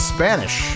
Spanish